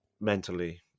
mentally